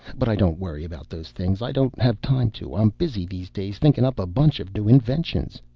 but i don't worry about those things. i don't have time to. i'm busy these days thinkin' up a bunch of new inventions.